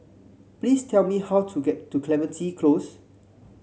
please tell me how to get to Clementi Close